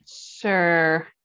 sure